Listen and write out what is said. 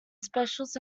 specials